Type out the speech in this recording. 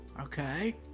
Okay